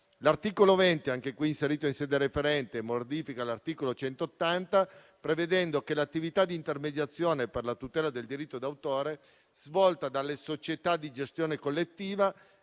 L'articolo 20, anch'esso inserito in sede referente, modifica l'articolo 180, prevedendo che l'attività di intermediazione per la tutela del diritto d'autore, svolta dalle società di gestione collettiva,